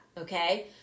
okay